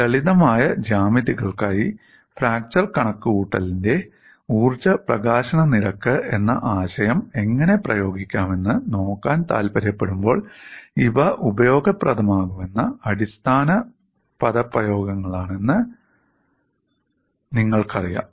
ലളിതമായ ജ്യാമിതികൾക്കായി ഫ്രാക്ചർ കണക്കുകൂട്ടലിനായി ഊർജ്ജ പ്രകാശന നിരക്ക് എന്ന ആശയം എങ്ങനെ പ്രയോഗിക്കാമെന്ന് നോക്കാൻ താൽപ്പര്യപ്പെടുമ്പോൾ ഇവ ഉപയോഗപ്രദമാകുന്ന അടിസ്ഥാന പദപ്രയോഗങ്ങളാണെന്ന് നിങ്ങൾക്കറിയാം